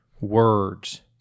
words